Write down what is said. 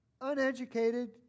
Uneducated